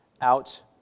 out